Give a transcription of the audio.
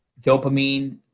dopamine